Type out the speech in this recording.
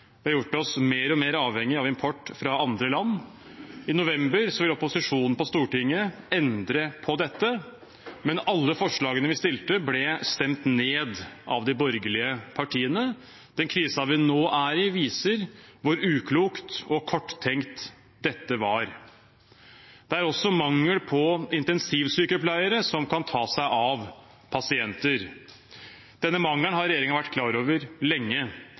Vi har gjort oss mer og mer avhengige av import fra andre land. I november ville opposisjonen på Stortinget endre på dette, men alle forslagene vi fremmet, ble stemt ned av de borgerlige partiene. Den krisen vi nå er i, viser hvor uklokt og korttenkt dette var. Det er også mangel på intensivsykepleiere som kan ta seg av pasienter. Denne mangelen har regjeringen vært klar over lenge.